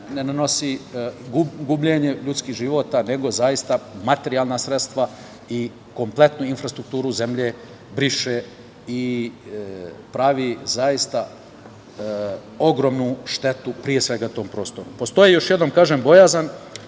ne nanosi samo gubljenje života, nego zaista materijalna sredstva i kompletnu infrastrukturu zemlje briše i pravi zaista ogromnu štetu, pre svega tom prostoru. Postoji, još jednom kažem, bojazan